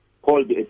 called